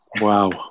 Wow